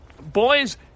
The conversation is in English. boys